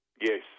yes